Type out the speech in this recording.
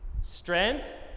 Strength